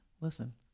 Listen